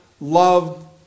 love